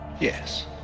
Yes